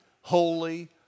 holy